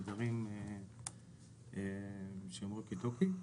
תדרים של ווקי טוקי,